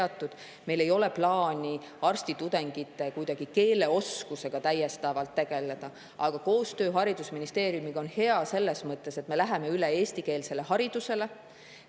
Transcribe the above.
Meil ei ole plaani arstitudengite keeleoskusega kuidagi täiendavalt tegeleda. Aga koostöö haridusministeeriumiga on hea selles mõttes, et me läheme üle eestikeelsele haridusele.